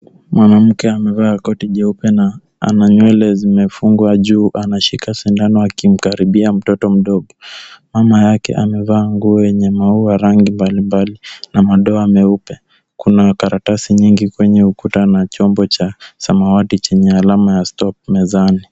Mwanamke amevaa koti jeupe na ana nywele zimefungwa juu anashika sindano akimkaribia mtoto mdogo. Mama yake amevaa nguo yenye maua ya rangi mbalimbali na madoa meupe. Kuna karatasi nyingi kwenye ukuta na chombo cha samawati chenye alama ya stop mezani.